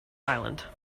island